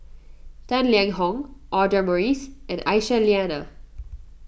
Tang Liang Hong Audra Morrice and Aisyah Lyana